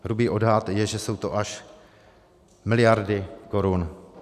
Hrubý odhad je, že jsou to až miliardy korun.